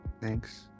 Thanks